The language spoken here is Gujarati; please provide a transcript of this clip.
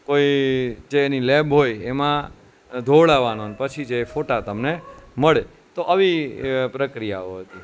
કોઈ જે એની લેબ હોય એમાં ધોવડાવવાનો પછી જ એ ફોટા તમને મળે તો આવી પ્રકિયાઓ હતી